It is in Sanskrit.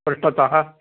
पृष्ठतः